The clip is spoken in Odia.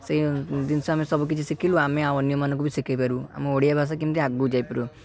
ସେହି ଜିନିଷ ଆମେ ସବୁ କିଛି ଶିଖିଲୁ ଆମେ ଆଉ ଅନ୍ୟ ମାନଙ୍କୁ ବି ଶିଖେଇପାରିବୁ ଆମ ଓଡ଼ିଆ ଭାଷା କେମିତି ଆଗକୁ ଯାଇପାରିବ